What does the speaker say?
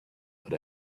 but